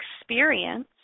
experience